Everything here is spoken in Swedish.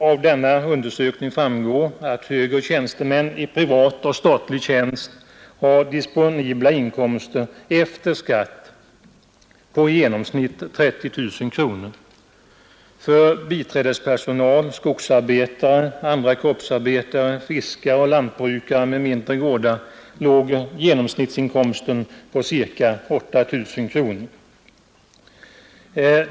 Av denna undersökning framgår att högre tjänstemän i privat och statlig tjänst har disponibla inkomster efter skatt på i genomsnitt 30 000 kronor. För biträdespersonal, skogsarbetare, andra kroppsarbetare, fiskare och lantbrukare med mindre gårdar låg genomsnittsinkomsten på ca 8 000 kronor.